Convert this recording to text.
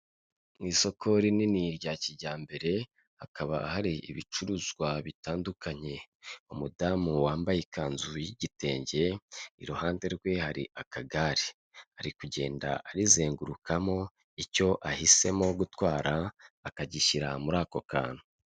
Isoko rinini rya kijyambere, hakaba hari ibicuruzwa bitandukanye, umudamu wambaye ikanzu y'igitenge, iruhande rwe hari akagare, ari kugenda arizengurukamo icyo ahisemo gutwara akagishyira muri ako kantu.